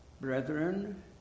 Brethren